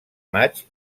maig